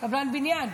קבלן בניין.